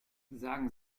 sagen